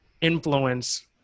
influence